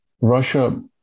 Russia